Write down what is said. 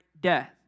death